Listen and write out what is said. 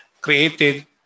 created